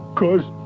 cause